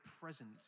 present